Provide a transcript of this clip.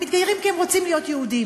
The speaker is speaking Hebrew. הם מתגיירים כי הם רוצים להיות יהודים.